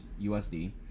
USD